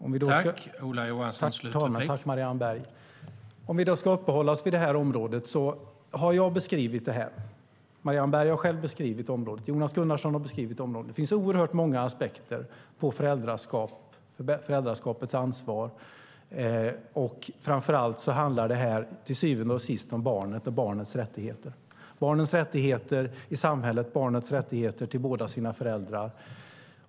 Herr talman! Jag har beskrivit det här området. Marianne Berg har själv beskrivit området liksom Jonas Gunnarsson. Det finns oerhört många aspekter på föräldraskap och föräldraskapets ansvar. Framför allt och till syvende och sist handlar det här om barnet och barnens rättigheter - barnens rättigheter i samhället och barnens rättigheter till båda sina föräldrar.